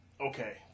Okay